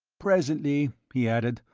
presently, he added,